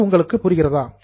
இது உங்களுக்கு புரிகிறதா